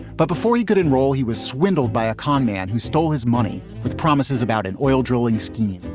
but before he could enroll, he was swindled by a con man who stole his money with promises about an oil drilling scheme,